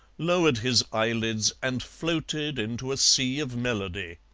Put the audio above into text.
lowered his eyelids, and floated into a sea of melody.